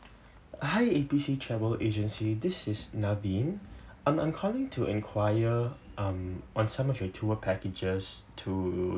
hi A B C travel agency this is naveen um I'm calling to inquire um on some of your tour packages to